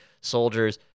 soldiers